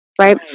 right